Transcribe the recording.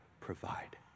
provide